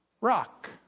rock